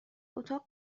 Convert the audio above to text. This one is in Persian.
اتاق